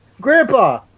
Grandpa